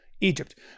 egypt